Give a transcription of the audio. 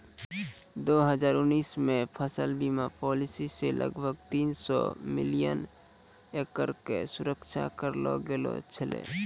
दू हजार उन्नीस मे फसल बीमा पॉलिसी से लगभग तीन सौ मिलियन एकड़ के सुरक्षा करलो गेलौ छलै